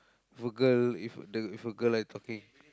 for girl if the for girl I talking